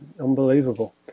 Unbelievable